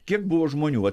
kiek buvo žmonių va